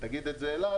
תגיד את זה אל על